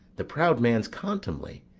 the proud man's contumely,